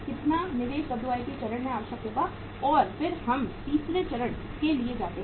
इतना निवेश WIP चरण में आवश्यक होगा और फिर हम तीसरे चरण के लिए जाते हैं